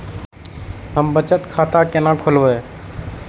हम बचत खाता केना खोलैब?